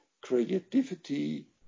creativity